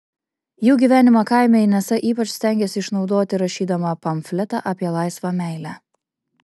jų gyvenimą kaime inesa ypač stengėsi išnaudoti rašydama pamfletą apie laisvą meilę